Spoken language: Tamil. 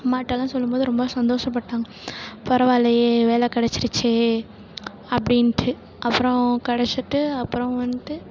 அம்மாகிட்டலாம் சொல்லும்போது ரொம்ப சந்தோஷப்பட்டாங்க பரவாயில்லையே வேலை கெடைச்சிருச்சே அப்படின்ட்டு அப்பறம் கெடைச்சிட்டு அப்புறம் வந்துட்டு